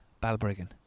Balbriggan